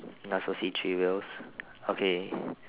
I also see three wheels okay